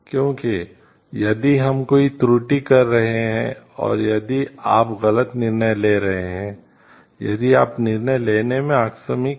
क्योंकि यदि हम कोई त्रुटि कर रहे हैं और यदि आप गलत निर्णय ले रहे हैं यदि आप निर्णय लेने में आकस्मिक हैं